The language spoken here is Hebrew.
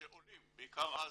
שעולים בעיקר אז,